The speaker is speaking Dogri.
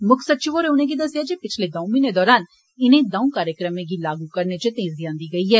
मुक्ख सचिव होरें उनेंगी दस्सेआजे पिछले दर्ऊ म्हीने दरान इनें दर्ऊ कार्यक्रमें गी लागू करने च तेजी आंदी गेदी ऐ